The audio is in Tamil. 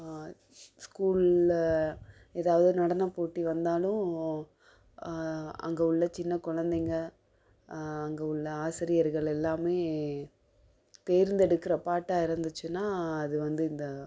ஸ்கூலில் எதாவது நடனப்போட்டி வந்தாலும் அங்கே உள்ள சின்ன குலந்தைங்க அங்கே உள்ள ஆசிரியர்கள் எல்லாமே தேர்ந்தெடுக்கிற பாட்டாக இருந்துச்சுன்னா அது வந்து இந்த